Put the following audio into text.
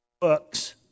books